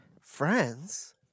Friends